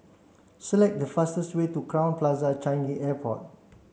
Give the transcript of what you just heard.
select the fastest way to Crowne Plaza Changi Airport